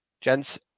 Gents